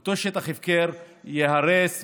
אותו שטח הפקר ייהרס,